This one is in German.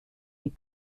die